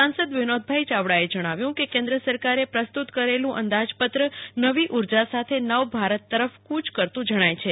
સાંસદ વિનોદભાઇચાવડાએ જણાવ્યું કે કેન્દ્ર સરકારેપ્રસ્તુત કરેલું અંદાજપત્ર નવી ઉર્જા સાથે નવ ભારત તરફ ક્રય કરતું જણાય છે